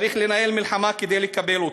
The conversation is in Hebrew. צריך לנהל מלחמה כדי לקבל אותו.